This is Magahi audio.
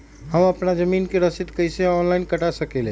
हम अपना जमीन के रसीद कईसे ऑनलाइन कटा सकिले?